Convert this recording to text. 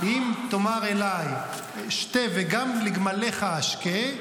-- ואם תאמר אליי שתה וגם לגמליך אשקה,